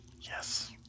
Yes